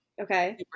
Okay